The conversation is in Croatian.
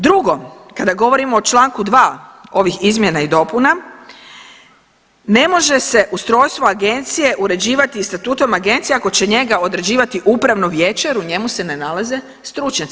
Drugo, kada govorimo o čl. 2. ovih izmjena i dopuna ne može se ustrojstvo agencije uređivati statutom agencije ako će njega određivati upravno vijeće jer u njemu se ne nalaze stručnjaci.